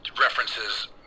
references